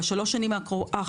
בשלוש השנים האחרונות,